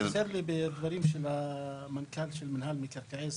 חסר לי בדברים של המנכ"ל של מנהל מקרקעי ישראל,